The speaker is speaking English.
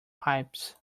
pipes